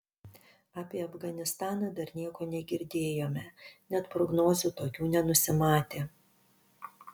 apie afganistaną dar nieko negirdėjome net prognozių tokių nenusimatė